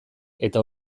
eta